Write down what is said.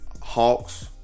Hawks